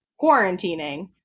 quarantining